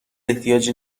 احتیاجی